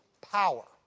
power